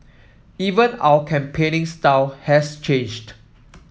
even our campaigning style has changed